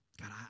god